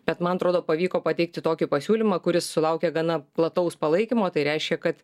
bet man atrodo pavyko pateikti tokį pasiūlymą kuris sulaukė gana plataus palaikymo tai reiškia kad